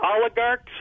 oligarchs